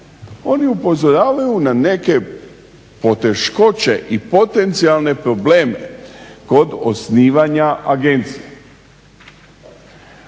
Oni upozoravaju na neke poteškoće i potencijalne probleme kod osnivanja agencije.